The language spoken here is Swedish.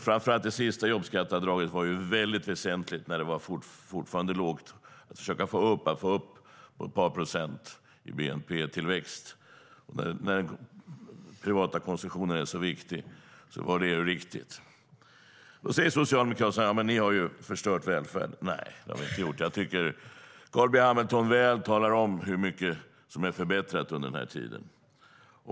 Framför allt det senaste jobbskatteavdraget var mycket väsentligt, när det fortfarande var lågkonjunktur, för att få upp bnp-tillväxten ett par procent. När den privata konsumtionen är så viktig var det riktigt. Då säger Socialdemokraterna: Ni har förstört välfärden. Nej, det har vi inte gjort. Jag tycker att Carl B Hamilton talade om väl hur mycket som har förbättrats under den här tiden.